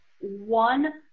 one